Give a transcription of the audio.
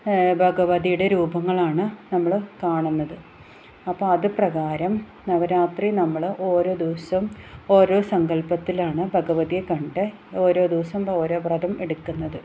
ഭഗവതിയുടെ രൂപങ്ങളാണ് നമ്മള് കാണുന്നത് അപ്പോൾ അതുപ്രകാരം നവരാത്രി നമ്മള് ഓരോ ദിവസം ഓരോ സങ്കല്പ്പത്തിലാണ് ഭഗവതിയെ കണ്ട് ഓരോ ദിവസം ഓരോ വ്രതം എടുക്കുന്നത്